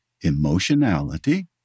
emotionality